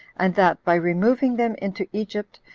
and that, by removing them into egypt,